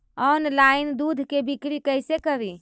Online दुध के बिक्री कैसे करि?